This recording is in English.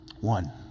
One